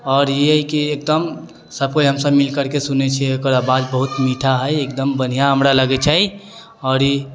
आओर ई हइ कि एकदम सब कोइ हमसब मिलि करिके सुनै छिए एकर आवाज बहुत मीठा हइ एकदम बढ़िआँ हमरा लगै छै आओर ई